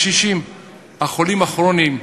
הקשישים החולים הכרוניים.